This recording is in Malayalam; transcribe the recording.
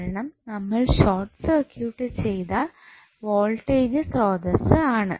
കാരണം നമ്മൾ ഷോർട്ട് സർക്യൂട്ട് ചെയ്ത വോൾട്ടേജ് സ്രോതസ്സ് ആണ്